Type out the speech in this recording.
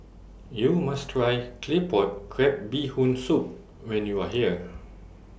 YOU must Try Claypot Crab Bee Hoon Soup when YOU Are here